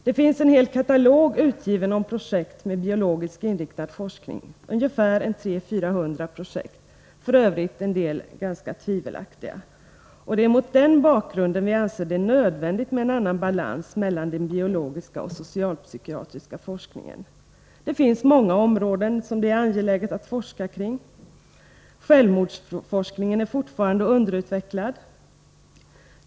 Det finns en hel katalog utgiven om projekt med biologiskt inriktad forskning, ungefär 300-400 projekt, varav f. ö. en del är ganska tvivelaktiga. Det är mot denna bakgrund vi anser det nödvändigt med en annan balans mellan den biologiska och socialpsykiatriska forskningen. Det finns många områden som det är angeläget att forska kring. Självmordsforskningen är fortfarande underutvecklad.